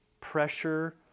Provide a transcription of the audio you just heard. pressure